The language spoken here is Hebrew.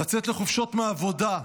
לצאת לחופשות מהעבודה.